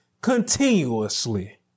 continuously